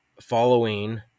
following